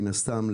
מן הסתם,